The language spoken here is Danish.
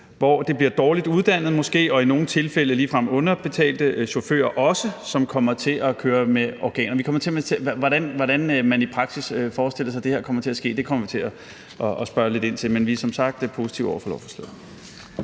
hvor det bliver dårligt uddannede og måske i nogle tilfælde også ligefrem underbetalte chauffører, som kommer til at køre med organer. Så hvordan man i praksis forestiller sig, at det her kommer til at ske, kommer vi til at spørge lidt ind til; men vi er som sagt positive over for lovforslaget.